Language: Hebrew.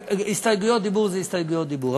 הסתייגויות דיבור זה הסתייגויות דיבור,